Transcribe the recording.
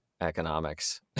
economics